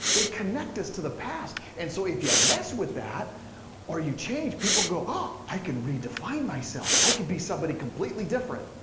they connect us to the past, and so if you mess with that or you change, people go ah, i can redefine myself. i can be somebody completely different.